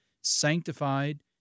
sanctified